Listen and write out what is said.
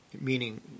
meaning